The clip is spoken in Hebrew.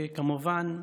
כמובן,